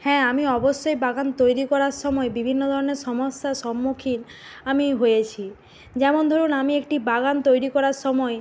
হ্যাঁ আমি অবশ্যই বাগান তৈরি করার সময় বিভিন্ন ধরনের সমস্যার সম্মুখীন আমি হয়েছি যেমন ধরুন আমি একটি বাগান তৈরি করার সময়